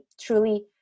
truly